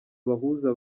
abahuza